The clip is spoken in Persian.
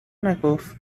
نگفت